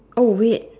oh wait